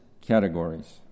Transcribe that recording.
categories